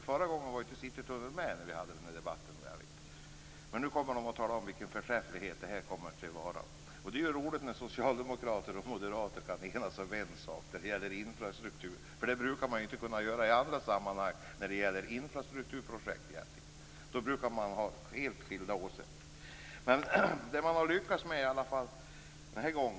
Förra gången vi hade denna debatt fanns ju inte Citytunneln med. Nu kommer de att tala om förträffligheten av det hela. Det är roligt när socialdemokrater och moderater kan enas om en sak i fråga om infrastruktur. Det brukar de inte kunna göra i andra sammanhang i fråga om infrastruktur. Då brukar de ha helt skilda åsikter. De har lyckats denna gång.